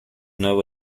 nuevo